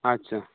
ᱟᱪᱪᱷᱟ